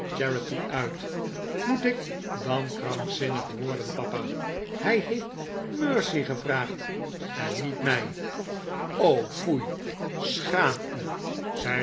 moet ik dan krankzinnig worden papa hij heeft mercy gevraagd en niet mij foei schaam u